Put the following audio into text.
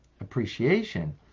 appreciation